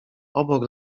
obok